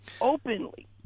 openly